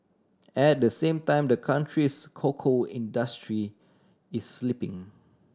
at the same time the country's cocoa industry is slipping